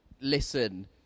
listen